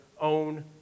own